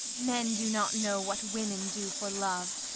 men do not know what women do for love.